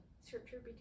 scripture